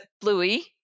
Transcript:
Bluey